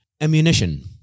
Ammunition